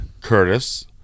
Curtis